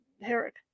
Herrick